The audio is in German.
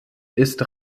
ist